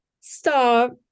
Stop